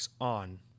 on